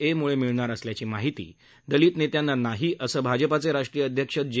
ए म्ळे मिळणार असल्याची माहितीच दलित नेत्यांना नाही असं भाजपाचे राष्ट्रीय अध्यक्ष जे